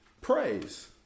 praise